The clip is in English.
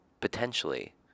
potentially